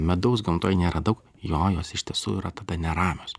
medaus gamtoj nėra daug jo jos iš tiesų yra tada neramios